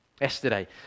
Yesterday